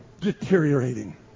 deteriorating